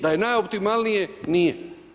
Da je najoptimalnije, nije.